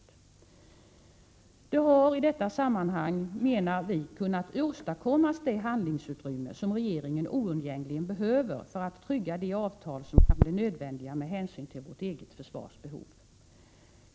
Enligt vår mening har det i detta sammanhang kunnat åstadkommas det handlingsutrymme som regeringen oundgängligen behöver för att trygga de avtal som kan bli nödvändiga med hänsyn till vårt eget försvars behov.